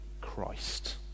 Christ